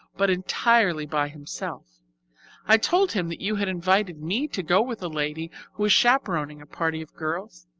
but entirely by himself i told him that you had invited me to go with a lady who is chaperoning a party of girls.